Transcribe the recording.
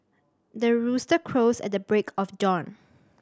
the rooster crows at the break of dawn